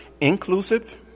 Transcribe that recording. inclusive